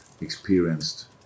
experienced